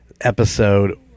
episode